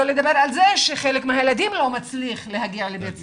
לא לדבר על זה שחלק מהילדים לא מצליח להגיע לבית ספר.